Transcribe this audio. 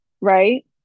right